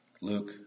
Luke